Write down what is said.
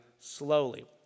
slowly